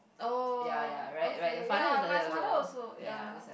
oh okay ya my father also ya